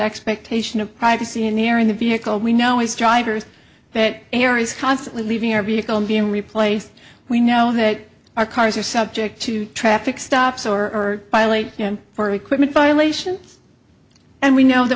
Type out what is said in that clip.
expectation of privacy in the air in the vehicle we know his drivers that air is constantly leaving our vehicle and being replaced we know that our cars are subject to traffic stops or violate for equipment violations and we know that